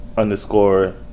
Underscore